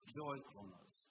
joyfulness